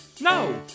no